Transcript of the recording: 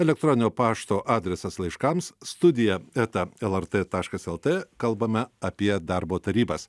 elektroninio pašto adresas laiškams studija eta lrt taškas lt kalbame apie darbo tarybas